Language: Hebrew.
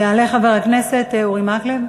יעלה חבר הכנסת אורי מקלב.